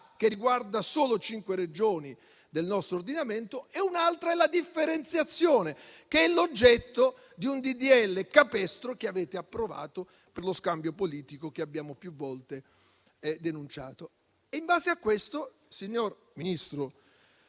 che riguarda solo cinque Regioni del nostro ordinamento, e un'altra è la differenziazione, che è l'oggetto di un disegno di legge capestro che avete approvato per lo scambio politico che abbiamo più volte denunciato. In base a questo, signor Ministro